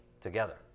together